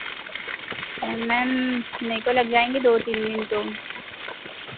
ma'am मेरे को लग जाएंगे दो तीन दिन तो